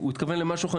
הוא התכוון למשהו אחר,